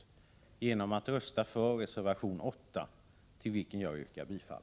Det sker om kammarens ledamöter röstar för reservation 8, till vilken jag yrkar bifall.